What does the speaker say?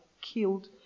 killed